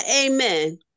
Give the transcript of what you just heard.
amen